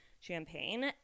champagne